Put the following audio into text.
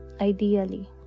ideally